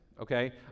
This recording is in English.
okay